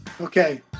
Okay